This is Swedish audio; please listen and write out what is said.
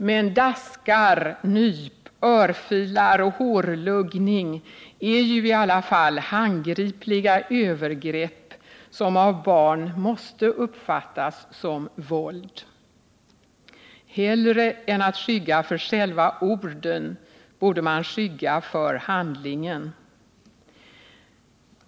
Men daskar, nyp, örfilar och hårluggning är ju i alla fall handgripliga övergrepp som av barn måste uppfattas som våld. Hellre än att skygga för själva orden borde man skygga för handlingen.